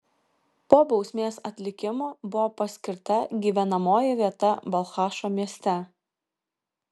po bausmės atlikimo buvo paskirta gyvenamoji vieta balchašo mieste